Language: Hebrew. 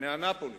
לפני אנאפוליס,